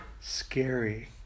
scary